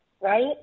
Right